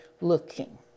looking